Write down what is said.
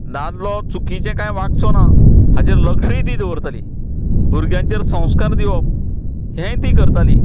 दादलो चुकीचें कांय वागचो ना हाजेर लक्षूय ती दवरताली भुरग्याचेर संस्कार दिवप हेंय ती करताली